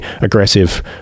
aggressive